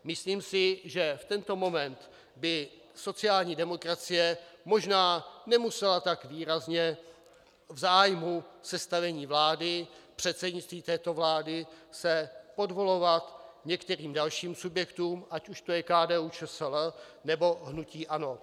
Myslím si, že v tento moment by sociální demokracie možná nemusela tak výrazně v zájmu sestavení vlády, předsednictví této vlády, se podvolovat některým dalším subjektům, ať už to je KDUČSL, nebo hnutí ANO.